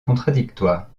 contradictoires